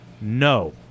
No